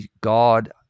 God